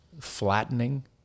flattening